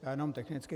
Já jenom technicky.